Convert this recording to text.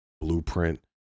Blueprint